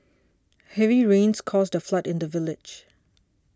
heavy rains caused a flood in the village